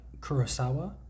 Kurosawa